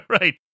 right